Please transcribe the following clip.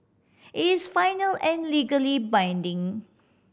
it's final and legally binding